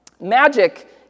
magic